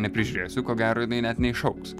neprižiūrėsiu ko gero jinai net neišaugs